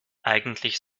eigentlich